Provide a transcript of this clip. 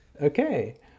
Okay